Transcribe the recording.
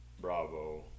bravo